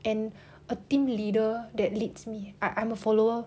and a team leader that leads me I I'm a follower